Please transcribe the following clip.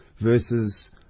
versus